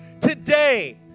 today